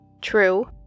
true